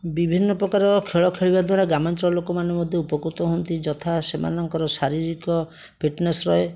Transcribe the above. ବିଭିନ୍ନ ପ୍ରକାର ଖେଳ ଖେଳିବା ଦ୍ଵାରା ଗ୍ରାମାଞ୍ଚଳ ଲୋକମାନେ ମଧ୍ୟ ଉପକୃତ ହୁଅନ୍ତି ଯଥା ସେମାନଙ୍କର ଶାରୀରିକ ଫିଟନେସ୍ ରହେ